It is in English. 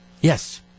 Yes